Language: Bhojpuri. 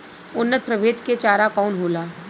उन्नत प्रभेद के चारा कौन होला?